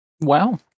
Wow